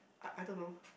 I I don't know